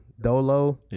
dolo